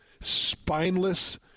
spineless